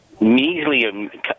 measly